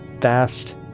Fast